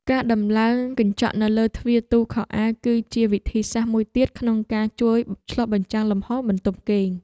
ការដំឡើងកញ្ចក់នៅលើទ្វារទូខោអាវគឺជាវិធីសាស្ត្រមួយទៀតក្នុងការជួយឆ្លុះបញ្ចាំងលំហរបន្ទប់គេង។